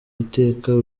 iteka